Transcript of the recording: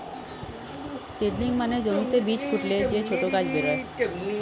seedling মানে জমিতে বীজ ফুটলে যে ছোট গাছ বেরোয়